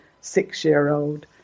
six-year-old